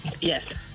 Yes